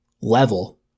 level